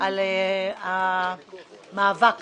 על המאבק